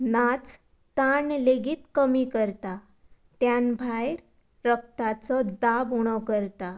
नाच ताण लेगीत कमी करता त्यान भायर रगताचो दाब उणो करता